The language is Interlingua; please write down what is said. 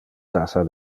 tassa